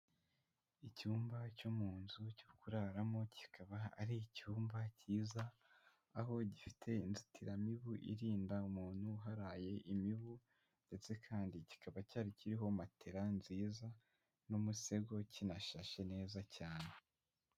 Icyumba cyo mu nzu cyo kuraramo kikaba ari icyumba cyiza aho gifite inzitiramibu irinda umuntu uharaye imibu ndetse kandi kikaba cyari kiriho matela nziza n'umusego kinashashe neza cyane.